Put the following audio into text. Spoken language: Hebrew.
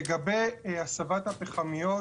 לגבי הסבת הפחמיות